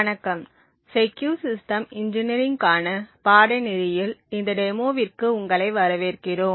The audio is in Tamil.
வணக்கம் செக்கியூர் சிஸ்டம் இன்ஜினியரிங் க்கான பாடநெறியில் இந்த டெமோவிற்கு உங்களை வரவேற்கிறோம்